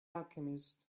alchemist